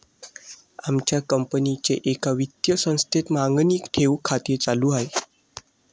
आमच्या कंपनीचे एका वित्तीय संस्थेत मागणी ठेव खाते चालू आहे